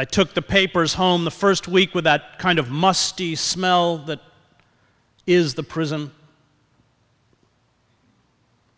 i took the papers home the first week with that kind of musty smell that is the prism